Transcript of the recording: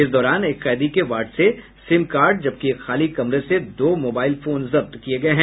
इस दौरान एक कैदी के वार्ड से सिम कार्ड जबकि एक खाली कमरे से दो मोबाईल फोन जब्त किये गये हैं